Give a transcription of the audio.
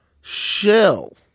shell